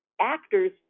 actors